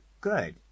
good